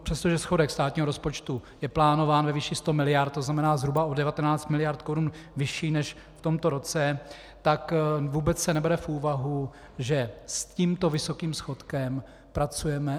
Přestože schodek státního rozpočtu je plánován ve výši 100 mld., to znamená zhruba o 19 mld. Kč vyšší než v tomto roce, tak se vůbec nebere v úvahu, že s tímto vysokým schodkem pracujeme.